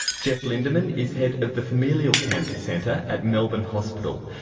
geoff lindeman is head of the familial cancer centre at melbourne hospital,